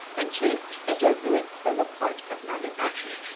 and chased the jesuits from the port of nagasaki.